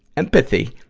empathy.